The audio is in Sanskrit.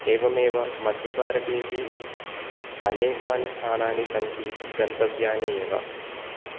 एवमेव मध्यभारतेऽपि अनेकानि स्थानानि सन्ति गन्तव्यानि एव